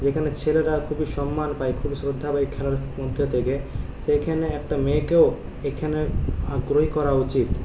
যেখানে ছেলেরা খুবই সম্মান পায় খুবই শ্রদ্ধা পায় খেলার মধ্যে থেকে সেখানে একটা মেয়েকেও সেখানের আগ্রহী করা উচিত